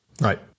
Right